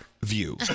view